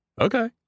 Okay